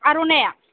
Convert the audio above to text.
आर'नाइया